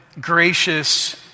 gracious